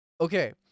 Okay